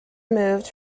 moved